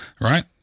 right